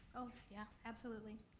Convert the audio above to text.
oh yeah, absolutely,